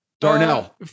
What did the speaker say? Darnell